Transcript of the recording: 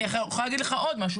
אני יכולה להגיד לך עוד משהו,